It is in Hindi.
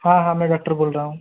हाँ हाँ मैं डॉक्टर बोल रहा हूँ